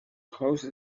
close